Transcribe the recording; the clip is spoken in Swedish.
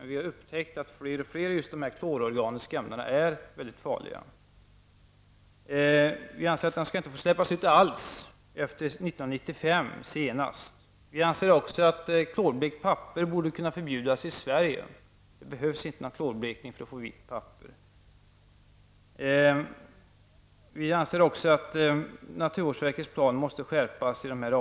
Vi har upptäckt att fler och fler av just dessa klororganiska ämnen är mycket farliga. Vi anser att de senast efter 1995 inte skall få släppas ut alls. Vi anser också att klorblekt papper skall kunna förbjudas i Sverige. Det behövs inte någon klorblekning för att få vitt papper. Vi anser också att naturvårdsverkets plan i dessa avseenden måste skärpas.